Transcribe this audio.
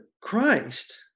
Christ